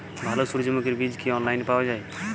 ভালো সূর্যমুখির বীজ কি অনলাইনে পাওয়া যায়?